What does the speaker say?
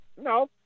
No